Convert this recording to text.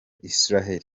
israel